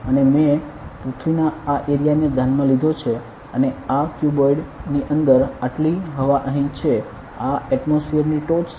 અને મેં પૃથ્વીના આ એરિયા ને ધ્યાનમાં લીધો છે અને આ ક્યુબોઇડ ની અંદર આટલી હવા અહીં છે આ એટમોસફીયરની ટોચ છે